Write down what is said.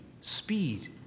speed